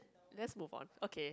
let's move on okay